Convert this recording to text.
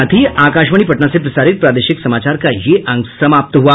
इसके साथ ही आकाशवाणी पटना से प्रसारित प्रादेशिक समाचार का ये अंक समाप्त हुआ